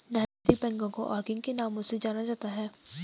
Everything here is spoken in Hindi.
नैतिक बैंकों को और किन किन नामों से जाना जाता है?